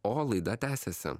o laida tęsiasi